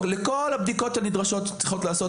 לכל הבדיקות הנדרשות שצריכות להיעשות,